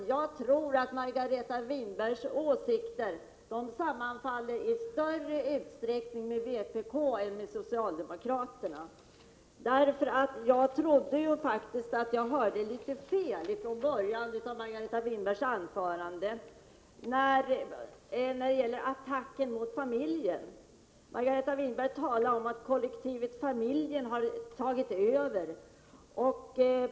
Margareta Winbergs åsikter sammanfaller mera med vpk:s än med socialdemokraternas. I början av Margareta Winbergs anförande trodde jag att jag hörde litet fel. Det gällde attacken mot familjen. Margareta Winberg talade om att kollektivet familjen har tagit över.